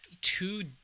two